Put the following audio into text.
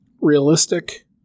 Realistic